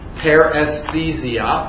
paresthesia